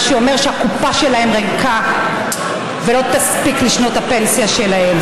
מה שאומר שהקופה שלהם ריקה ולא תספיק לשנות הפנסיה שלהם,